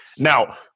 Now